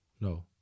No